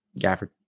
Gafford